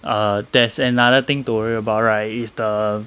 err there's another thing to worry about right is the